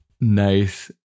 nice